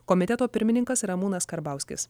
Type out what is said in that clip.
komiteto pirmininkas ramūnas karbauskis